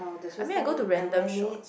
I mean I go to random shop